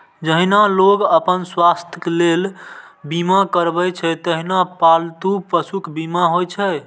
जहिना लोग अपन स्वास्थ्यक लेल बीमा करबै छै, तहिना पालतू पशुक बीमा होइ छै